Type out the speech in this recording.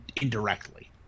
indirectly